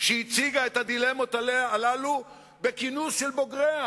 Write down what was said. שהציגה את הדילמות הללו בכינוס של בוגריה.